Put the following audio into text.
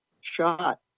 shot